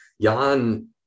Jan